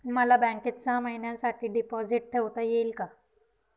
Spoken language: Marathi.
मला बँकेत सहा महिन्यांसाठी डिपॉझिट ठेवता येईल का?